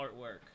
artwork